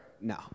No